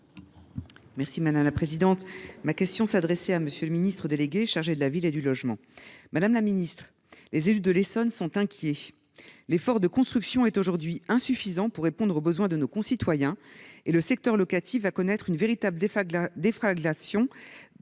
et du logement. Ma question s’adressait en effet à M. le ministre délégué chargé de la ville et du logement. Madame la ministre, les élus de l’Essonne sont inquiets. L’effort de construction est aujourd’hui insuffisant pour répondre aux besoins de nos concitoyens et le secteur locatif risque de connaître une véritable déflagration